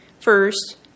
First